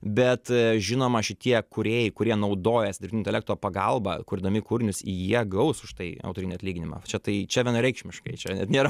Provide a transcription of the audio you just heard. bet žinoma šitie kūrėjai kurie naudojas intelekto pagalba kurdami kūrinius jie gaus už tai autorinį atlyginimą čia tai čia vienareikšmiškai čia net nėra